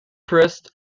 priest